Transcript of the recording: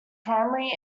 primary